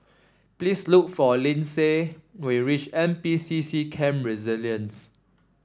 please look for Lyndsay when you reach N P C C Camp Resilience